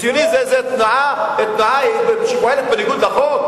זה תנועה שפועלת בניגוד לחוק?